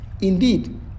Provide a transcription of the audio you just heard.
Indeed